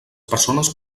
persones